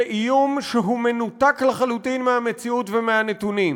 זה איום שמנותק לחלוטין מהמציאות ומהנתונים.